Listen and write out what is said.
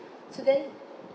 so then